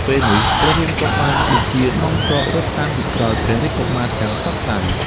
ពេលនោះ ព្រះរាមក៏បានបញ្ជានាំទ័ពរត់តាមពីក្រោយព្រះរាជកុមារទាំងសោកសៅ។